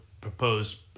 proposed